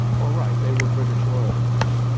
well right, they were british loyalists.